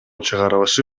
чыгарылышы